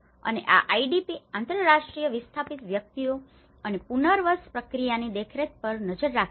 અને આ આઈડીપી આંતરરાષ્ટ્રીય વિસ્થાપિત વ્યક્તિઓ અને પુનર્વસન પ્રક્રિયાની દેખરેખ પર નજર નાખી છે